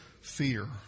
fear